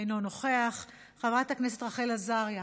אינו נוכח, חברת הכנסת רחל עזריה,